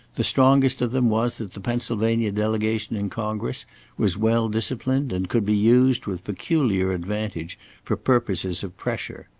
the strongest of them was that the pennsylvania delegation in congress was well disciplined and could be used with peculiar advantage for purposes of pressure.